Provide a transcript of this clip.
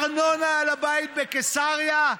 ארנונה על הבית בקיסריה.